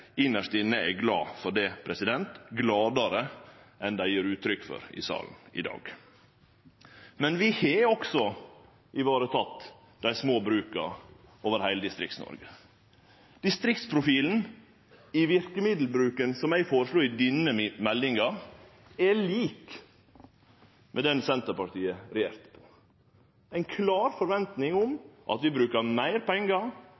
inne er glad for det, gladare enn dei gjev uttrykk for i salen i dag. Men vi har også vareteke dei små bruka over heile Distrikts-Noreg. Distriktsprofilen i verkemiddelbruken som eg føreslo i denne meldinga, er lik den som var då Senterpartiet regjerte – ei klar forventing om at vi f.eks. brukar meir pengar i budsjettet på